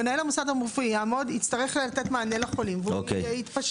מנהל המוסד יצטרך לתת מענה לחולים ויתפשר.